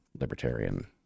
Libertarian